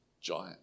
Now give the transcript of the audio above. giant